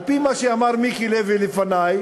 על-פי מה שאמר מיקי לפני,